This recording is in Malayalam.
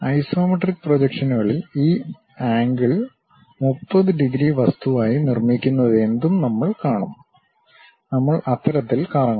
ഐസോമെട്രിക് പ്രൊജക്ഷനുകളിൽ ഈ ആംഗിൾ 30 ഡിഗ്രി വസ്തുവായി നിർമ്മിക്കുന്നതെന്തും നമ്മൾ കാണും നമ്മൾ അത്തരത്തിൽ കറങ്ങണം